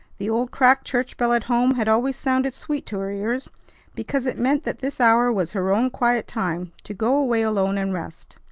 the old cracked church bell at home had always sounded sweet to her ears because it meant that this hour was her own quiet time to go away alone and rest.